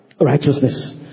righteousness